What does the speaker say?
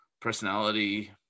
personality